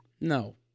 No